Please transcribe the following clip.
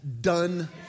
done